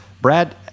Brad